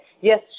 yes